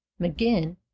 McGinn